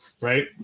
right